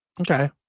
Okay